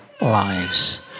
lives